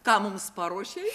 ką mums paruošei